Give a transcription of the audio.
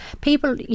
People